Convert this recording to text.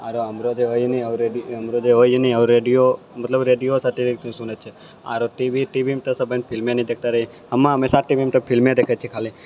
आरो हमरो जेहै नी हमरो जे होइ नी ओ रेडियो मतलब रेडियोसँ टी वी पर सुनै छै आरु टी वी टी वी मे सभे नी फिल्मे देखिते रहि हमे हमेशा टी वी मे तऽ फिल्मे देखै छी खाली